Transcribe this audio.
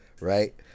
Right